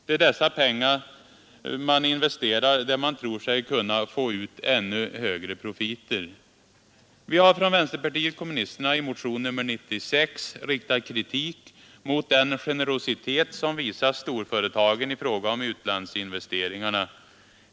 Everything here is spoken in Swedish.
Det är dessa pengar man investerar där man tror sig kunna få ut ännu högre profiter. Vi har från vänsterpartiet kommunisterna i motionen 96 framfört kritik mot den generositet som visas storföretagen i fråga om utlandsinvesteringarna.